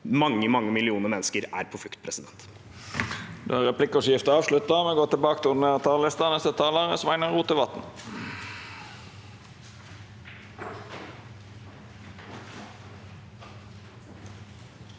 da mange millioner mennesker er på flukt. Presidenten